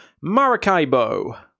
Maracaibo